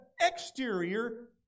exterior